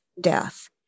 death